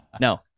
no